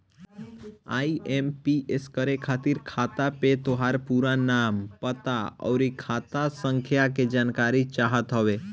IMPS करे खातिर खाता पे तोहार पूरा नाम, पता, अउरी खाता संख्या के जानकारी चाहत हवे